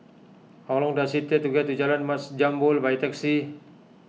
how long does it take to get to Jalan Mat Jambol by taxi